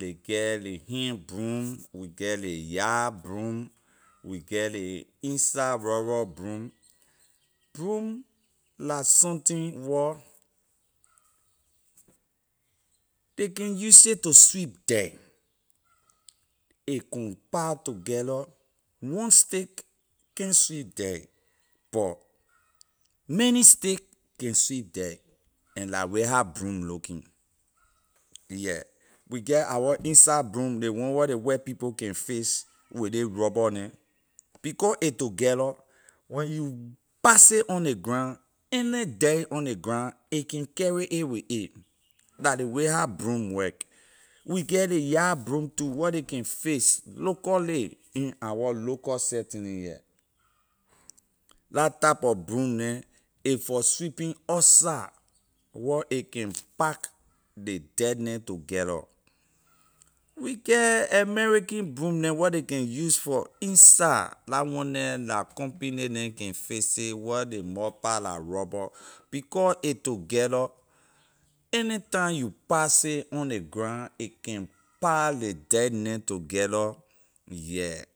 ley get ley hand broom we geh ley yard broom we get ley inside rubber broom, broom la something wor ley can use it to sweep dirt a compile together one stick can’t sweep dirt but many stick can sweep dirt and la way how broom looking yeah we get our inside broom ley one where ley white people can fix with ley rubber neh becor a together when you pass it on ley ground any dirt on ley ground a can carry a with a la ley how broom work we get ley yard broom too where ley can fix locally in our local setting here la type of broom neh a for sweeping outside wor a can pack ley dirt neh together we get american broom neh where ley can use for inside la one neh la company can fix it where ley mouth pah la rubber becor a together anytime you pass it on ley ground a can pile ley dirt neh together yeah